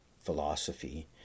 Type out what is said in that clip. philosophy